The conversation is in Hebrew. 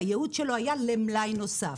שהיעוד שלו היה למלאי נוסף.